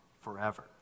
forever